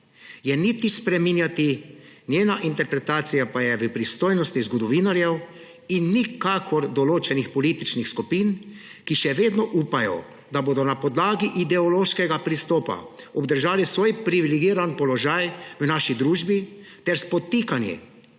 je niti spreminjati; njena interpretacija pa je v pristojnosti zgodovinarjev in nikakor določenih političnih skupin, ki še vedno upajo, da bodo na podlagi ideološkega pristopa obdržali svoj privilegiran položaj v naši družbi ter s podtikanji,